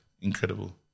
Incredible